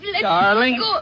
darling